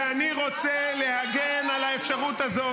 ואני רוצה להגן על האפשרות הזאת,